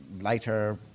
lighter